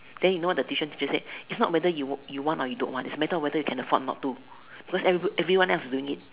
then you know what the tuition teacher said its not weather you you want or you don't want its a matter of whether you can afford not to because every everyone else is doing it